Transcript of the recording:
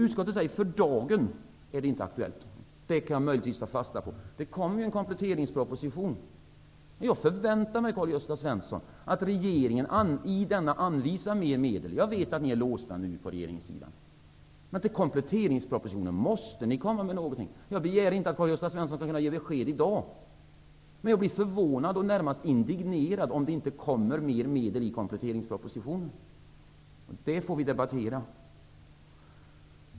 Utskottet säger att det för dagen inte är aktuellt. Det kan jag möjligtvis ta fasta på. Det kommer en kompletteringsproposition framöver. Jag förväntar mig, Karl-Gösta Svenson, att regeringen då anvisar ytterligare medel. Jag vet att ni nu är låsta på regeringssidan. Men ni måste komma med någonting i kompletteringspropositionen. Jag begär inte att Karl-Gösta Svenson skall kunna ge besked i dag. Men jag blir förvånad och närmast indignerad om det inte kommer mer medel i kompletteringspropositionen. Det får vi debattera.